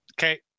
Okay